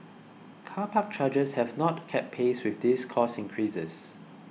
car park charges have not kept pace with these cost increases